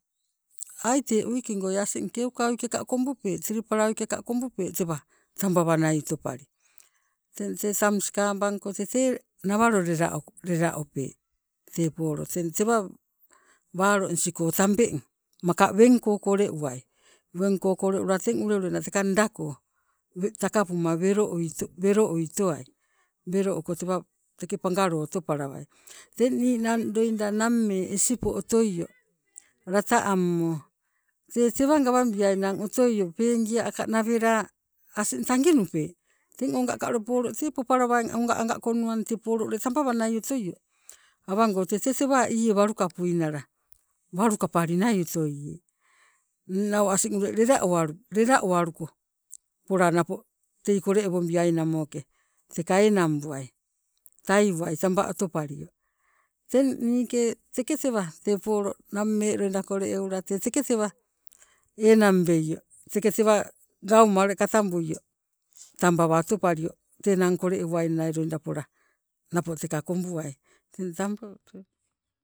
Aite wuiki goi asing keuka wuikika kombupe, tilipala wuikika kobumpe tewa tambawa nai otopali, teng tee tam sikabangko tang nawalo lelao lelaope teng tewa walonisigo tambeng maka wengko koleuwai. Wengko koleula teng ule uleina teka nda ko takapuma weloui towai welo uko tewa teke pangalo otopalawai. Teng ninang nammee loida isipo otopalio lata ammo tee tewa gawabiainang otoio pengia aka nawela asing tanginupe, teng ongaka ule polo tee popalawai oga anga konuwainang tee polo tambawa nai otoio awango tete tee tewa iiee walukapuinala, walukapali nai otoie nau asing ule lela owalu, lela uwaluko pola napo tei kole ewobiai namoke enang buai tai uwai tamba otopalio. Teng niike teke tewa tee polo nammee loida kole eula tee teke tewa, enangbeio teke tewa gauma ule katambuio tambawa otopalio tei nang kole euwainnai loida pola napo teka kombuai. Teng tambo tewa.